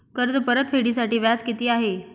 कर्ज परतफेडीसाठी व्याज किती आहे?